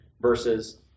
versus